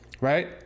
right